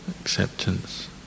acceptance